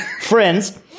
friends